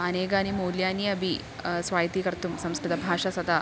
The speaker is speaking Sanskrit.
अनेकानि मूल्यानि अपि स्वायत्तीकर्तुं संस्कृतभाषा स्वतः